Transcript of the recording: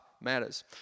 Matters